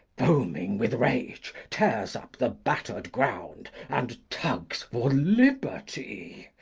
foaming with rage, tears up the batter'd ground, and tugs for liberty.